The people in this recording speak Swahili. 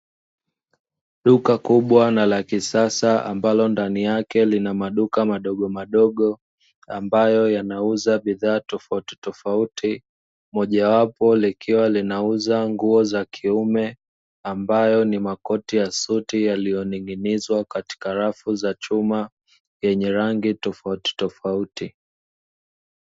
Duka kubwa na la kisasa ambalo ndani yake lina maduka madogo madogo ambayo yanauza bidhaa tofauti tofauti, moja wapo likiwa linauza nguo za kiume ambayo ni makoti ya suti yaliyoning'inizwa katika rafu za chuma yenye rangi tofauti tofauti.